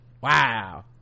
wow